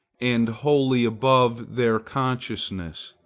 and wholly above their consciousness.